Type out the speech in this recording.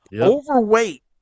overweight